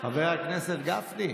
חבר הכנסת גפני,